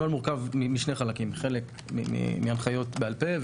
הנוהל מורכב משני חלקים - חלק מהנחיות בעל-פה,